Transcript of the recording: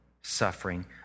suffering